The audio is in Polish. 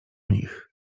nich